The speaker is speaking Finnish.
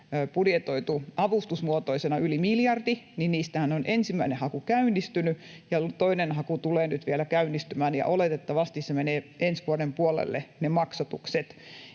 budjetoitu avustusmuotoisena yli miljardi, niin niistähän on ensimmäinen haku käynnistynyt ja toinen haku tulee nyt vielä käynnistymään, ja oletettavasti ne maksatukset menevät ensi vuoden puolelle. Ja